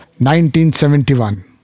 1971